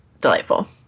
delightful